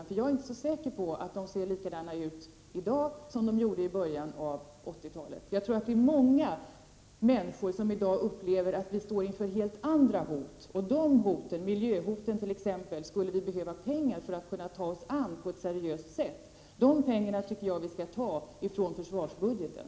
Jag är inte säker på att de i dag ser ut på samma sätt som i början av 80-talet. Jag tror att många människor upplever att vi i dag står inför helt andra hot, och de hoten — miljöhoten t.ex. — borde vi ha pengar för att ta oss an på ett seriöst sätt. De pengarna tycker jag att vi skall ta från försvarsbudgeten.